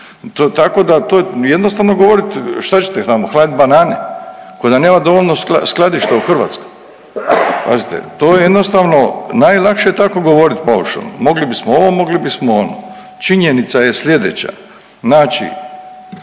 Tako da to jednostavno govorit, šta ćete tamo hladit banane, ko da nema dovoljno skladišta u Hrvatskoj. Pazite, to jednostavno najlakše je tako govorit paušalno, mogli bismo ovo, mogli bismo ono. Činjenica je slijedeća.